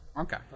Okay